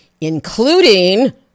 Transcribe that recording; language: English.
including